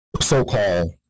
so-called